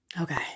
Okay